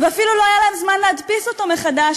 ואפילו לא היה להם זמן להדפיס אותו מחדש,